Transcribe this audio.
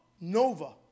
Nova